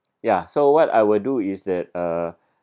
ya so what I will do is that uh